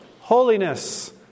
Holiness